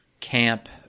camp